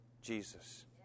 Jesus